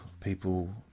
people